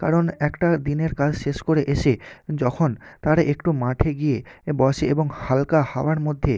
কারণ একটা দিনের কাজ শেষ করে এসে যখন তারা একটু মাঠে গিয়ে বসে এবং হালকা হাওয়ার মধ্যে